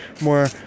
more